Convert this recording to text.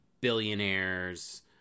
billionaires